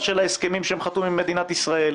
של ההסכמים שהם חתומים עליהם עם מדינת ישראל,